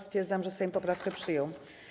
Stwierdzam, że Sejm poprawkę przyjął.